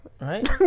Right